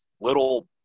little